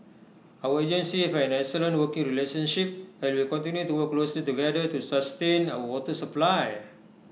our agencies have an excellent working relationship and will continue to work closely together to sustain our water supply